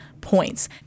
points